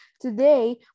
Today